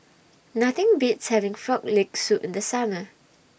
Nothing Beats having Frog Leg Soup in The Summer